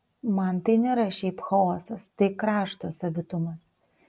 man tai nėra šiaip chaosas tai krašto savitumas